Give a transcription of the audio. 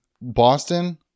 Boston